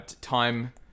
Time